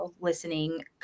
listening